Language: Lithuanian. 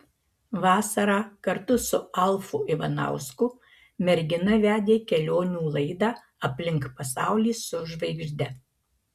vasarą kartu su alfu ivanausku mergina vedė kelionių laidą aplink pasaulį su žvaigžde